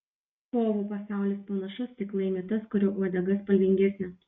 povų pasaulis panašus tik laimi tas kurio uodega spalvingesnė